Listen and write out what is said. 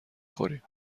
خوریم